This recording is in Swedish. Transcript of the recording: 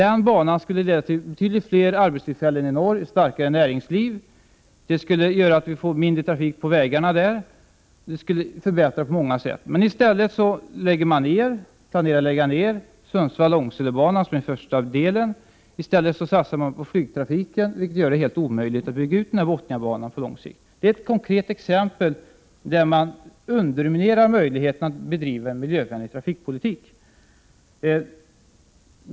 En sådan bana skulle leda till betydligt fler arbetstillfällen i norr och ett starkare näringsliv. Det skulle också innebära att det blev mindre trafik på vägarna. Över huvud taget skulle det på många sätt medföra förbättringar. I stället planerar man att lägga ned Sundsvall-Långsele-banan som är den första biten. Däremot satsar man på flygtrafiken, vilket gör det omöjligt att på lång sikt bygga ut Bothnia-banan. Det är ett konkret exempel på hur man underminerar möjligheterna att bedriva en miljövänlig trafikpolitik.